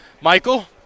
Michael